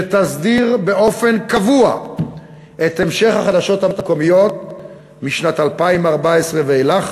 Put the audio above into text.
שתסדיר באופן קבוע את המשך החדשות המקומיות משנת 2014 ואילך